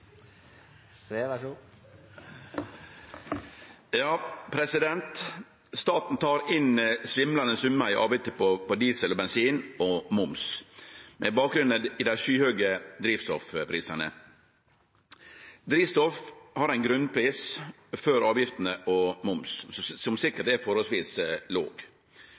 tar inn svimlande summar i avgifter på diesel og bensin og mva. med bakgrunn i dei skyhøge drivstoffprisane. Drivstoff har ein grunnpris før avgifter og mva. som sikkert er forholdsvis låg.